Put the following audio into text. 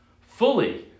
fully